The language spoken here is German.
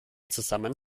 zusammen